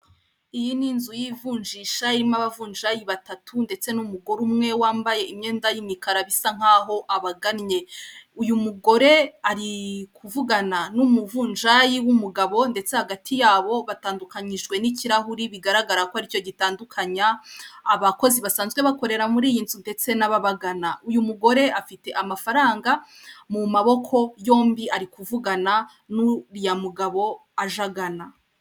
Iyi ni inzu y'ivunjisha irimo abavunjayi batatu ndetse n'umugore umwe wambaye imyenda y'imikara bisa nk'aho abagannye. Uyu mugore ari kuvugana n'umuvunjayi w'umugabo ndetse hagati yabo batandukanyijwe n'ikirahuri bigaragara ko aricyo gitandukanya abakozi basanzwe bakorera muri iyi nzu ndetse n'ababagana. Uyu mugore afite amafaranga mu maboko yombi ari kuvugana n'uriya mugabo aje agana.